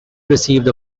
received